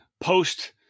post